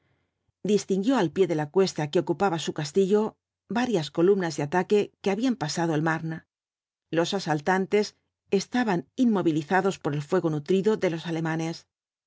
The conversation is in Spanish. distinguió al pie de la cuesta que ocupaba su castillo varias columnas de ataque que habían pasado el marne los asaltantes estaban inmovilizados por el fuego nutrido de los alemanes